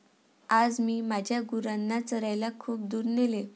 आज मी माझ्या गुरांना चरायला खूप दूर नेले